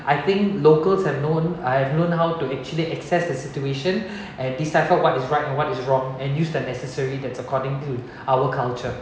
I think locals have known I've known how to actually access the situation and decipher what is right what is wrong and use the necessary thats according to our culture